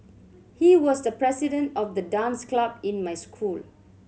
he was the president of the dance club in my school